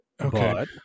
Okay